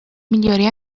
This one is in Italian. migliore